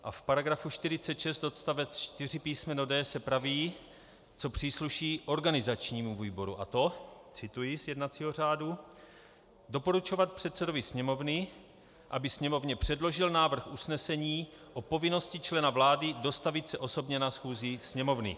A v § 46 odst. 4 písm. d) se praví, co příslušní organizačnímu výboru, a to cituji z jednacího řádu doporučovat předsedovi Sněmovny, aby Sněmovně předložil návrh usnesení o povinnosti člena vlády dostavit se osobně na schůzi Sněmovny.